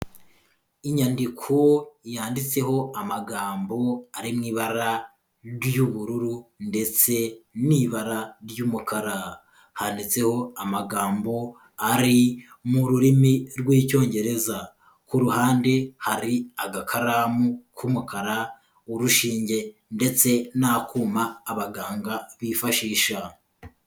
Inyandiko yanditseho amagambo ari mu ibara ry'ubururu ndetse n'ibara ry'umukara. Handitseho amagambo ari mu rurimi rw'Icyongereza, ku ruhande hari agakaramu k'umukara, urushinge ndetse n'akuma abaganga bifashisha.